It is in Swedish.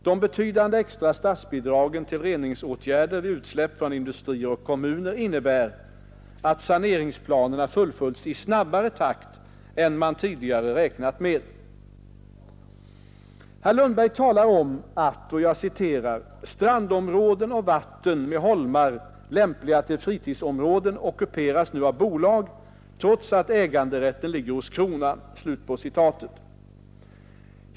De betydande extra statsbidragen till reningsåtgärder vid utsläpp från industrier och kommuner innebär, att saneringsplanerna fullföljs i snabbare takt än man tidigare räknat med. Herr Lundberg talar om att ”strandområden, och vatten med holmar och skär, lämpliga till fritidsområden, ockuperas nu av bolag, trots att äganderätten ligger hos kronan”.